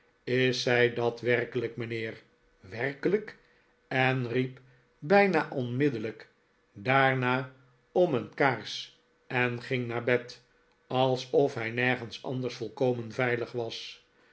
is zij dat werkelijk mijnheer werkelijk en riep bijna onmiddellijk daarna om een kaars en ging naar bed alsof hij nergens anders volkomen veilig was